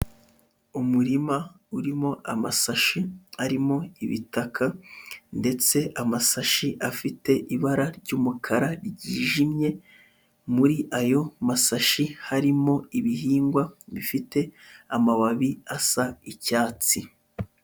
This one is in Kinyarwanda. Umurima urimo amasashi arimo ibitaka ndetse amasashi afite ibara ry'umukara ryijimye, muri ayo masashi harimo ibihingwa bifite amababi asa icyatsi.